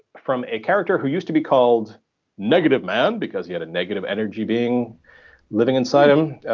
from a character who used to be called negative man, because he had a negative energy being living inside him.